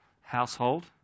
household